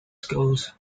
schools